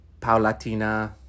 Paulatina